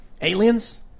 aliens